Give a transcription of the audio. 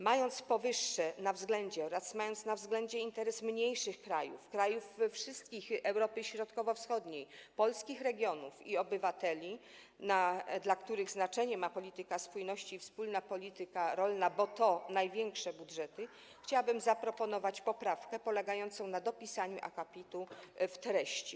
Mając na względzie powyższe oraz mając na względzie interes mniejszych krajów, krajów Europy Środkowo-Wschodniej, polskich regionów i obywateli dla których znaczenie ma polityka spójności i wspólna polityka rolna - bo to największe budżety - chciałabym zaproponować poprawkę polegającą na dopisaniu akapitu w treści: